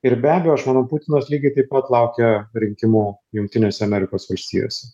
ir be abejo aš manau putinas lygiai taip pat laukia rinkimų jungtinėse amerikos valstijose